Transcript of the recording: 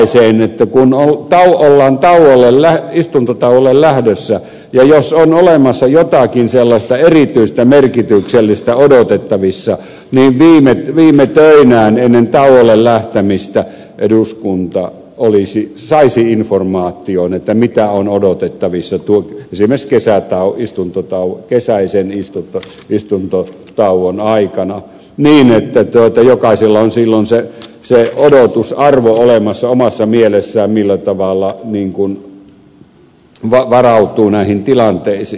ja sellaiseen että kun ollaan istuntotauolle lähdössä ja jos on olemassa jotakin sellaista erityistä merkityksellistä odotettavissa niin viime töinään ennen tauolle lähtemistä eduskunta saisi informaation mitä on odotettavissa esimerkiksi kesäisen istuntotauon aikana niin että jokaisella on silloin se odotusarvo olemassa omassa mielessään millä tavalla varautuu näihin tilanteisiin